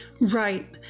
Right